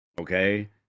okay